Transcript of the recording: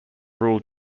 rule